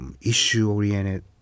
issue-oriented